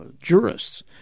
jurists